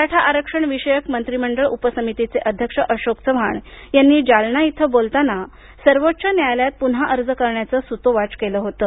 मराठा आरक्षण विषयक मंत्रिमंडळ उपसमितीचे अध्यक्ष अशोक चव्हाण यांनी जालना इथे बोलताना सर्वोच्च न्यायालयात पुन्हा अर्ज करण्याचं सूतोवाच केलं होतं